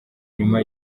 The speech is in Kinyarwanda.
nyuma